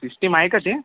system आहे का ती